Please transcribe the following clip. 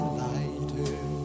lighter